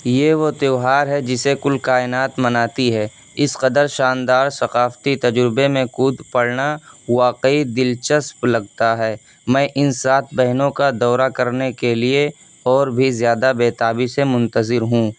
یہ وہ تیوہار ہے جسے کل کائنات مناتی ہے اس قدر شاندار ثقافتی تجربے میں کود پڑنا واقعی دلچسپ لگتا ہے میں ان سات بہنوں کا دورہ کرنے کے لیے اور بھی زیادہ بے تابی سے منتظر ہوں